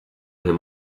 him